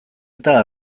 eta